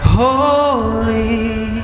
holy